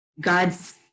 God's